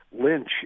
Lynch